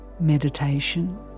Meditation